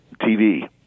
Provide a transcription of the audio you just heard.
TV